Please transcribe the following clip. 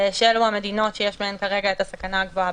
שאלו המדינות שיש בהן כרגע את הסכנה הגבוהה